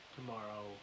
tomorrow